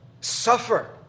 suffer